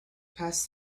passed